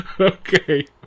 okay